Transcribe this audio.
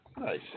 Nice